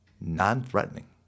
non-threatening